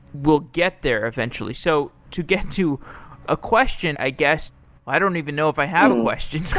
we'll get there eventually so to get to a question, i guess i don't even know if i have a question.